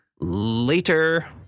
Later